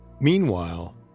Meanwhile